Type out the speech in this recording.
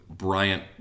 Bryant